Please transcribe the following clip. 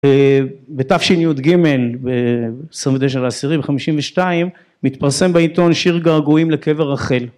בתשי"ג 29/10/52 מתפרסם בעיתון שיר געגועים לקבר רחל